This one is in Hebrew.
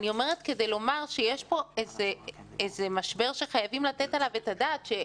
אני אומרת את זה כדי שנראה שיש פה איזה משבר שחייבים לתת עליו את הדעת.